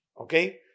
Okay